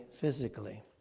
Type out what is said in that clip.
physically